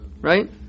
Right